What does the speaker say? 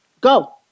Go